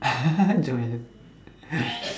joy